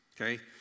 Okay